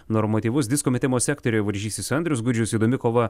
normatyvus disko metimo sektoriuje varžysis andrius gudžius įdomi kova